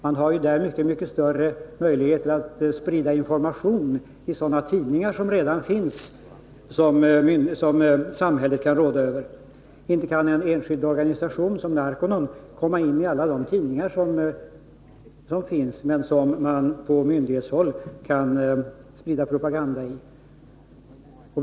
Där har man ju mycket större möjligheter att sprida information i de tidningar som redan finns och som samhället kan råda över. En enskild organisation som Narconon kan inte komma iin i alla dessa tidningar, men myndigheterna kan sprida propaganda i dem.